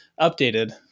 Updated